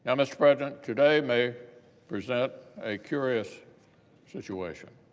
um mr. president, today may present a curious situation.